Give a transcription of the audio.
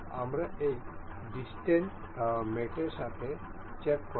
আমরা এই ডিসটেন্স মেটর সাথে চেক করব